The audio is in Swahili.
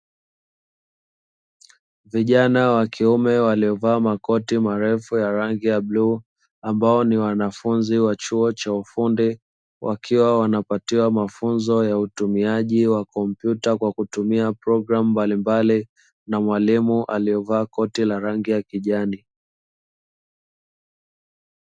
Vijana wa kiume waliovaa makoti marefu ya rangi ya bluu, ambao ni wanafunzi wa chuo cha ufundi wakiwa wanapatiwa mafunzo ya utumiaji wa kompyuta, kwa kutumia programu mbalimbali na mwalimu aliovaa koti la rangi ya kijani.